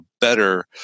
better